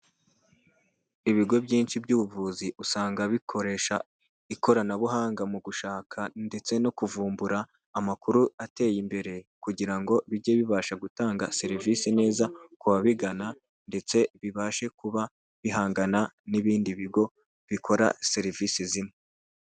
Ibigo byinshi by'ubuvuzi usanga bikoresha ikoranabuhanga mu gushaka ndetse no kuvumbura amakuru ateye imbere, kugirango bijye bibasha gutanga serivisi neza ku babigana ndetse bibashe kuba bihangana n'ibindi bigo bikora serivisi zimwe.